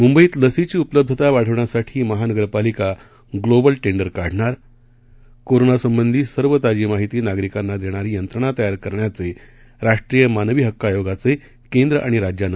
मुंबईत लसीची उपलब्धता वाढवण्यासाठी महानगरपालिका ग्लोबल टेंडर काढणार कोरोनासंबंधी सर्व ताजी माहिती नागरिकांना देणारी यंत्रणा तयार करण्याचे राष्ट्रीय मानवी हक्क आयोगाचे केंद्र आणि राज्यांना